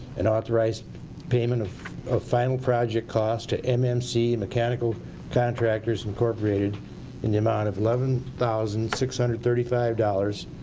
and authorize payment of of final project costs to mmc, mechanical contractor's incorporated in the amount of eleven thousand six hundred and thirty five dollars.